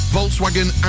Volkswagen